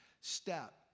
step